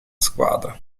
squadra